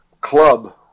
club